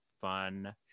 fun